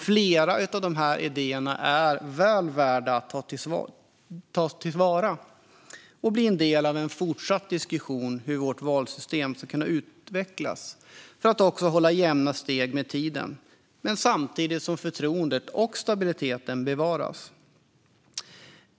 Flera av idéerna är väl värda att ta till vara och bli del av en fortsatt diskussion om hur vårt valsystem ska kunna utvecklas för att också hålla jämna steg med tiden, samtidigt som förtroendet och stabiliteten bevaras.